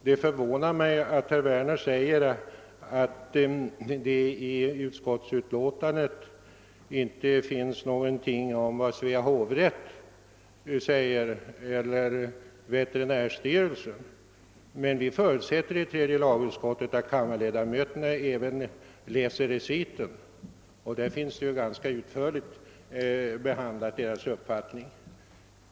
Det förvånade mig emellertid att herr Werner sade att det i utskottsutlåtandet inte står någonting om vad Svea hovrätt och veterinärstyrelsen anser. Vi i tredje lagutskottet förutsätter att kammarledamöterna även läser reciten. I den finns Svea hovrätts och veterinärstyrelsens uppfattning ganska utförligt behandlad.